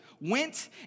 went